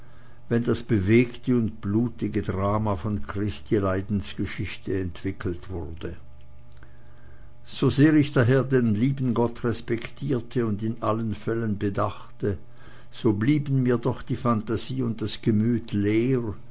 wenn das bewegte und blutige drama von christi leidensgeschichte entwickelt wurde sosehr ich daher den lieben gott respektierte und in allen fällen bedachte so blieben mir doch die phantasie und das gemüt leer